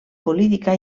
política